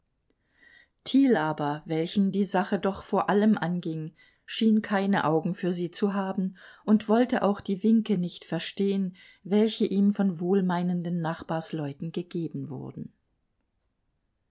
thiel aber welchen die sache doch vor allem anging schien keine augen für sie zu haben und wollte auch die winke nicht verstehen welche ihm von wohlmeinenden nachbarsleuten gegeben wurden